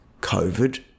covid